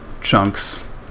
chunks